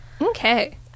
okay